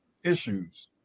issues